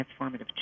transformative